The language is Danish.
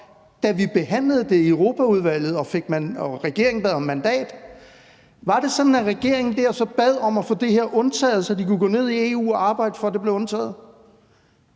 da vi behandlede det i Europaudvalget og regeringen bad om mandat? Var det sådan, at regeringen der bad om at få det her undtaget, så de kunne gå ned i EU og arbejde for, at det blev undtaget?